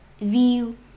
view